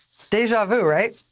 it's deja vu, right?